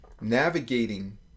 navigating